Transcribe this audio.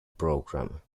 program